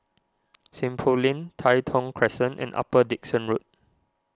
Seng Poh Lane Tai Thong Crescent and Upper Dickson Road